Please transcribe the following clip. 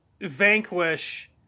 vanquish